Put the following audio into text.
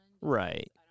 Right